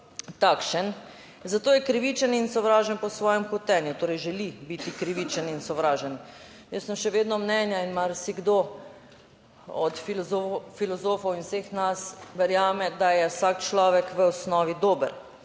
takšen, zato je krivičen in sovražen po svojem hotenju, torej želi biti krivičen in sovražen. Jaz sem še vedno mnenja in marsikdo od filozofov in vseh nas verjame, da je vsak človek v osnovi dober,